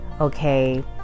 okay